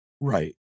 Right